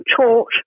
taught